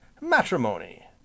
matrimony